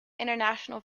international